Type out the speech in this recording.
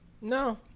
No